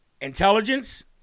intelligence